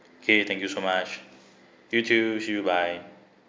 okay thank you so much you too see you bye